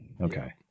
okay